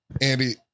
Andy